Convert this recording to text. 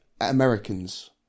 Americans